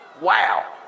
Wow